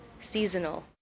seasonal